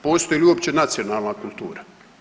Postoji li uopće nacionalna kultura?